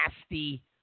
nasty